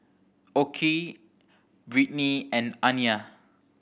Okey Brittnee and Aniya